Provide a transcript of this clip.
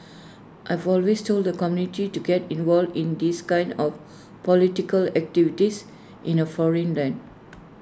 I've always told the community to get involved in these kinds of political activities in A foreign land